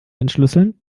entschlüsseln